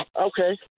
Okay